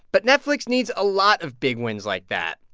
but netflix needs a lot of big wins like that.